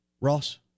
Ross